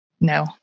No